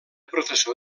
professor